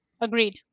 Agreed